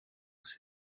was